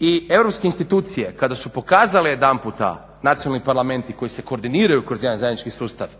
i europske institucije kada su pokazale jedanputa nacionalni parlamenti koji se koordiniraju kroz javni zajednički sustav